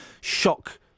shock